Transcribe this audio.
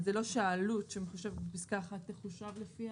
זה לא שהעלות שמחושבת בפסקה (1) תחושב על פי